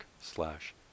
slash